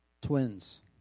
twins